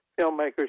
filmmakers